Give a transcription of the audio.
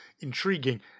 intriguing